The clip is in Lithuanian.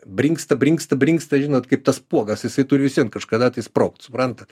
brinksta brinksta brinksta žinot kaip tas spuogas jisai turi visvien kažkada tai sprogt suprantat